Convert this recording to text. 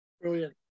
Brilliant